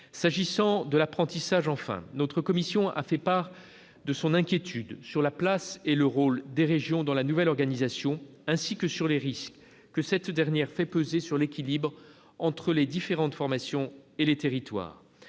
S'agissant de l'apprentissage, enfin, notre commission a fait part de son inquiétude sur la place et le rôle des régions dans la nouvelle organisation, ainsi que sur les risques que cette dernière fait peser sur l'équilibre entre les différentes formations et les territoires.